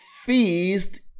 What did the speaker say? feast